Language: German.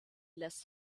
lässt